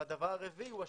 הדבר הרביעי הוא השיווק.